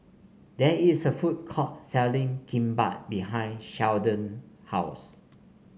there is a food court selling Kimbap behind Sheldon house